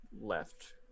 left